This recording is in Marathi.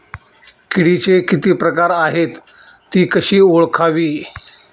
किडीचे किती प्रकार आहेत? ति कशी ओळखावी?